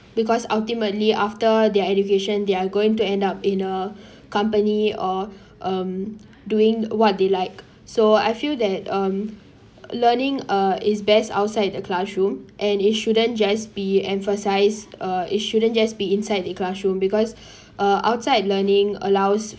because ultimately after their education they're going to end up in a company or um doing what they like so I feel that um learning uh is best outside the classroom and it shouldn't just be emphasized uh it shouldn't just be inside the classroom because uh outside learning allows